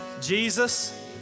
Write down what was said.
Jesus